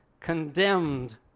condemned